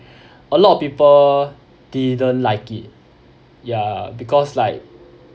a lot of people didn't like it ya because like